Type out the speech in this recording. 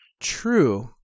True